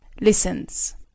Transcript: Listens